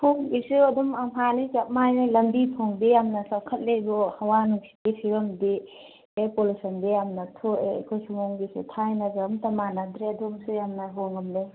ꯁꯣꯝꯒꯤꯁꯨ ꯑꯗꯨꯝ ꯑꯝꯍꯥꯅꯤ ꯆꯞ ꯃꯥꯟꯅꯩ ꯂꯝꯕꯤ ꯊꯣꯡꯗꯤ ꯌꯥꯝꯅ ꯆꯥꯎꯈꯠꯂꯦꯕꯨ ꯍꯋꯥ ꯅꯨꯡꯁꯤꯠꯀꯤ ꯐꯤꯕꯝꯗꯤ ꯑꯦꯌꯔ ꯄꯣꯂꯨꯁꯟꯗꯤ ꯌꯥꯝꯅ ꯊꯣꯛꯑꯦ ꯑꯩꯈꯣꯏ ꯁꯣꯝꯒꯤꯁꯦ ꯊꯥꯏꯅꯒ ꯑꯃꯇꯥ ꯃꯥꯟꯅꯗ꯭ꯔꯦ ꯑꯗꯣꯝꯁꯨ ꯌꯥꯝꯅ ꯍꯣꯡꯉꯝꯂꯦ